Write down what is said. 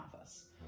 office